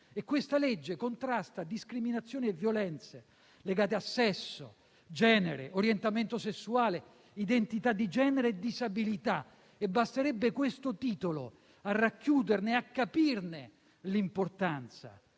Questa legge contrasta discriminazioni e violenze legate a sesso, genere, orientamento sessuale, identità di genere e disabilità e basterebbe questo titolo a racchiuderne e a farne capire l'importanza.